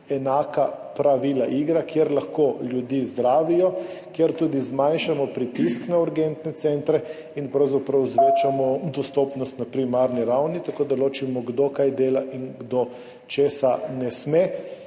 enaka pravila igre, kjer lahko ljudi zdravijo, kjer tudi zmanjšamo pritisk na urgentne centre in pravzaprav povečamo dostopnost na primarni ravni tako, da ločimo, kdo kaj dela in kdo česa ne sme.